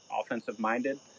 Offensive-minded